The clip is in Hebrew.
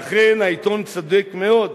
ואכן, העיתון צודק מאוד.